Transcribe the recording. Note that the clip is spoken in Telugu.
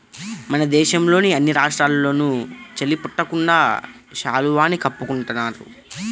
మన దేశంలోని అన్ని రాష్ట్రాల్లోనూ చలి పుట్టకుండా శాలువాని కప్పుకుంటున్నారు